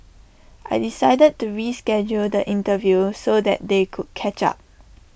I decided to reschedule the interview so that they could catch up